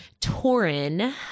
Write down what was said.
Torin